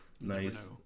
nice